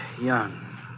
young